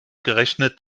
gerechnet